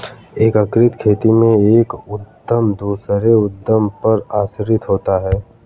एकीकृत खेती में एक उद्धम दूसरे उद्धम पर आश्रित होता है